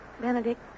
Benedict